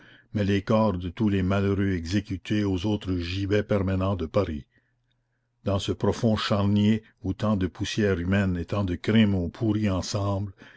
mais les corps de tous les malheureux exécutés aux autres gibets permanents de paris dans ce profond charnier où tant de poussières humaines et tant de crimes ont pourri ensemble